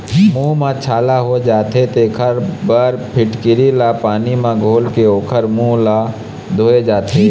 मूंह म छाला हो जाथे तेखर बर फिटकिरी ल पानी म घोलके ओखर मूंह ल धोए जाथे